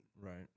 Right